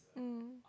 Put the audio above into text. mm